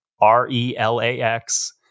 R-E-L-A-X